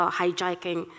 hijacking